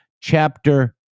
Chapter